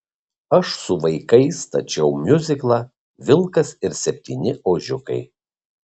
aš su vaikais stačiau miuziklą vilkas ir septyni ožiukai